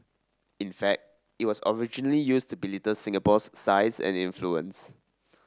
in fact it was originally used to belittle Singapore's size and influence